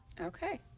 Okay